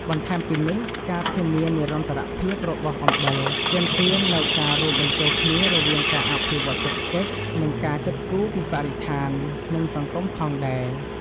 បន្ថែមពីនេះ ការធានានិរន្តរភាពរបស់អំបិលទាមទារនូវការរួមបញ្ចូលគ្នារវាងការអភិវឌ្ឍន៍សេដ្ឋកិច្ច និងការគិតគូរពីបរិស្ថាន និងសង្គមផងដែរ។